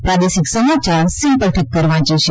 પ્રાદેશિક સમાચાર સિમ્પલ ઠક્કર વાંચે છે